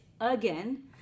again